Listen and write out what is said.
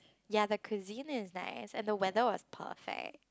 ya the cuisine is nice and the weather was perfect